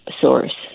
source